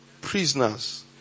prisoners